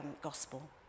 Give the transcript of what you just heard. Gospel